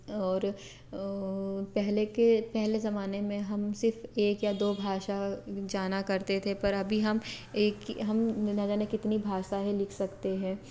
और पहले के पहले ज़माने में हम सिर्फ़ एक या दो भाषा जाना करते थे पर अभी हम एक ही हम ना जाने कितनी भाषाएं लिख सकते हैं